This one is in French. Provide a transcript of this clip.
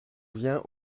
viens